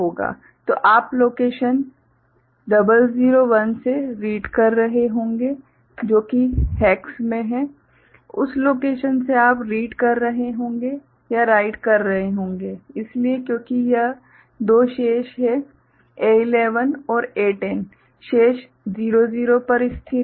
तो आप लोकेशन 001 से रीड कर रहे होंगे जो कि हेक्स में है उस लोकेशन से आप रीड कर रहे होंगे या राइट कर रहे होंगे इसलिए क्योंकि यह दो शेष है A11 और A10 शेष 00 पर स्थिर है